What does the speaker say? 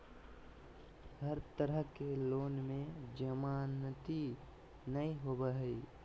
हर तरह के लोन में जमानती नय होबो हइ